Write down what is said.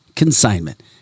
consignment